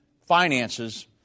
finances